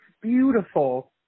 beautiful